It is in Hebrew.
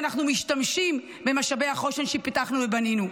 אנחנו משתמשים במשאבי החוסן שפיתחנו ובנינו.